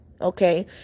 okay